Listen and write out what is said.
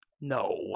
No